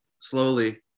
slowly